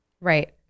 Right